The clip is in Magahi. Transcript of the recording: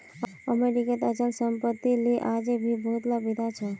अमरीकात अचल सम्पत्तिक ले आज भी बहुतला विवाद छ